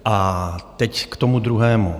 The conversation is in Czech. A teď k tomu druhému.